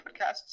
podcasts